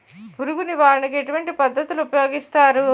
పురుగు నివారణ కు ఎటువంటి పద్ధతులు ఊపయోగిస్తారు?